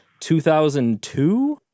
2002